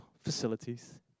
facilities